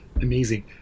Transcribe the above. amazing